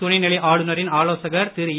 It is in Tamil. துணை நிலை ஆளுநரின் ஆலோசகர் திரு ஏ